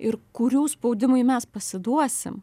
ir kurių spaudimui mes pasiduosim